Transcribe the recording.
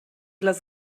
les